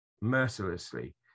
mercilessly